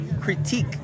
Critique